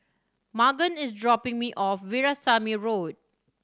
Magan is dropping me off Veerasamy Road